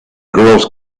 girl